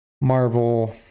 Marvel